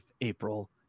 april